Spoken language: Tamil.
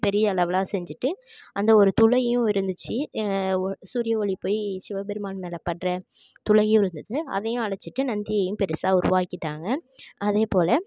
பெரிய அளவுல செஞ்சுட்டு அந்த ஒரு துளையையும் இருந்துச்சு ஓ சூரிய ஒளி போய் சிவபெருமான் மேலேப்படுற துளையும் இருந்தது அதையும் அடைச்சிட்டு நந்தியையும் பெருசாக உருவாக்கிட்டாங்க அதேப்போல